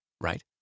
right